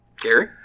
Gary